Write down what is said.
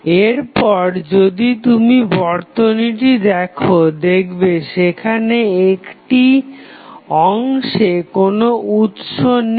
এরপর যদি তুমি বর্তনীটি দেখো দেখবে সেখানে এই অংশে আর কোনো উৎস নেই